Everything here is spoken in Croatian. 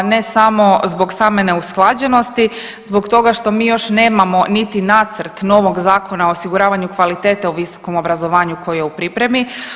Ne samo zbog same neusklađenosti, zbog toga što mi još nemamo niti nacrt novog Zakona o osiguravanju kvalitete u visokom obrazovanju koji je u pripremi.